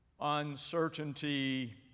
uncertainty